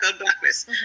blackness